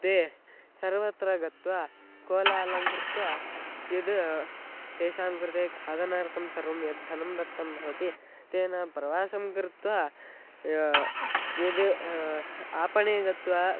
ते सर्वत्र गत्वा कोलाहलं कृत्वा यद् तेषां कृते खादनार्थं सर्वं यद्धनं दत्तं भवति तेन प्रवासं कृत्वा यद् आपणे गत्वा